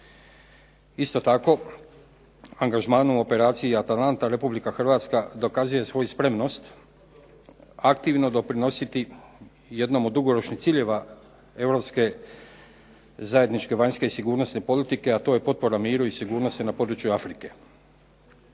Isto tako angažmanom u Operaciji „Atalanta“ Republika Hrvatska dokazuje svoju spremnost aktivno doprinositi jednom od dugoročnih ciljeva Europske zajedničke vanjske sigurnosne politike, a to je potpora miru i sigurnosti u području Afrike.